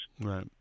Right